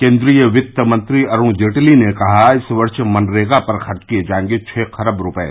केन्द्रीय वित्त मंत्री अरुण जेटली ने कहा इस वर्ष मनरेगा पर खर्च किए जायेंगे छः खरब रूपये